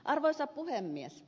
arvoisa puhemies